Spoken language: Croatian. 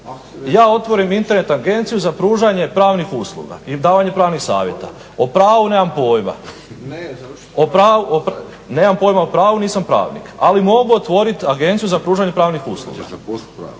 Ja otvorim internet agenciju za pružanje pravnih usluga i davanje pravnih savjeta, o pravu nemam pojma, nisam pravnik, ali mogu otvorit agenciju za pružanje pravnih usluga. Ili ću zaposlit pravnika.